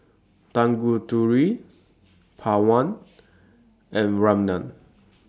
Tanguturi Pawan and Ramnath